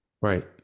Right